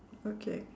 okay